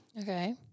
okay